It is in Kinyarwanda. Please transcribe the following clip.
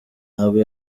ntabwo